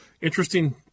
Interesting